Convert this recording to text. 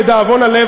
לדאבון הלב,